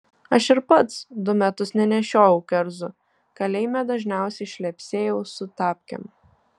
aš ir pats du metus nenešiojau kerzų kalėjime dažniausiai šlepsėjau su tapkėm